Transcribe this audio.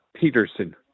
Peterson